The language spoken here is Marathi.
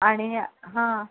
आणि हां